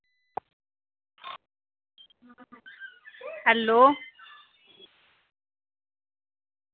hello